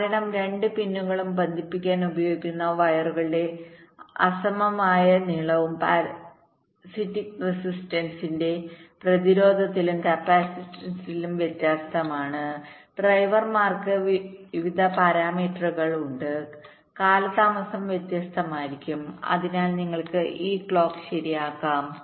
കാരണം രണ്ട് പിനുകളും ബന്ധിപ്പിക്കാൻ ഉപയോഗിക്കുന്ന വയറുകളുടെ അസമമായ നീളവും പരസിറ്റിക് റെസിസ്റ്റന്സസ് ന്റെ പ്രതിരോധത്തിലും കപ്പാസിറ്റൻസിലും വ്യത്യാസമുണ്ട് ഡ്രൈവർമാർക്ക് വിവിധ പാരാമീറ്ററുകൾ ഉണ്ട് കാലതാമസം വ്യത്യസ്തമായിരിക്കും അതിനാൽ നിങ്ങൾക്ക് ഈ ക്ലോക്ക് സ്കു ശരിയാക്കാം